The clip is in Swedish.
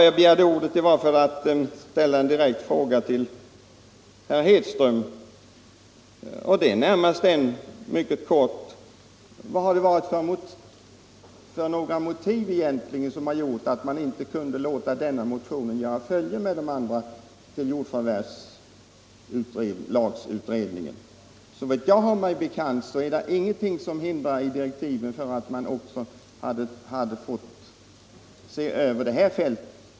Jag begärde ordet för att ställa en direkt fråga till herr Hedström: Vad har det egentligen varit för motiv som gjort att man inte kunde låta denna motion följa med de andra motionerna till jordförvärvslagutredningen? Såvitt jag har mig bekant är det ingenting i direktiven som hindrar att utredningen hade fått se över också det här fältet.